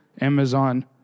Amazon